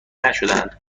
نشدهاند